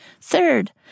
Third